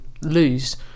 lose